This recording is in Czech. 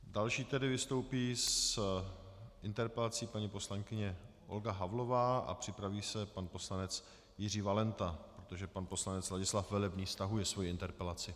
Další vystoupí s interpelací paní poslankyně Olga Havlová a připraví se pan poslanec Jiří Valenta, protože pan poslanec Ladislav Velebný stahuje svoji interpelaci.